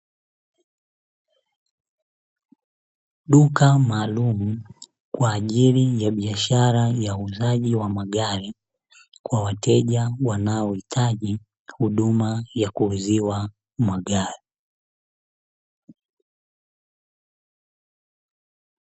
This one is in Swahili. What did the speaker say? Duka maalumu kwa ajili ya biashara ya uuzaji wa magari kwa wateja wanaohitaji huduma ya kuuziwa magari.